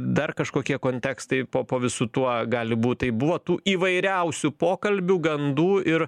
dar kažkokie kontekstai po po visu tuo gali būt tai buvo tų įvairiausių pokalbių gandų ir